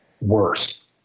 worse